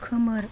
खोमोर